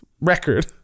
record